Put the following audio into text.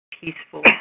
peaceful